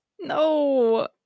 No